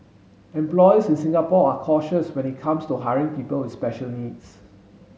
employers in Singapore are cautious when it comes to hiring people with special needs